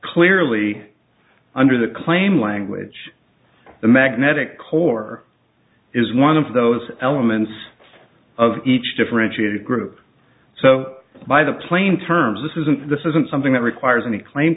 clearly under the claim language the magnetic core is one of those elements of each differentiated group so by the plain terms this isn't this isn't something that requires any claim